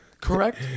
Correct